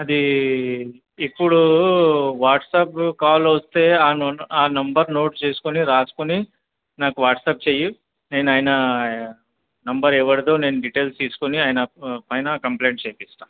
అది ఇప్పుడు WhatsApp call వస్తే ఆ నంబర్ నోట్ చేసుకుని రాసుకుని నాకు వాట్సప్ చెయ్యి నేను ఆయన నంబర్ ఎవరిదో నేను డీటెయిల్స్ తీసుకుని ఆయన పైన కంప్లెయింట్ చెయ్యిస్తాను